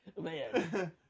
man